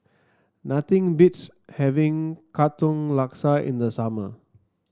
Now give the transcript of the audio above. nothing beats having Katong Laksa in the summer